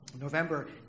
November